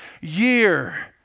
year